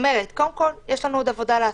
קודם כל, יש לנו עוד עבודה לעשות.